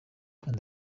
and